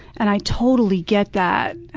and i totally get that.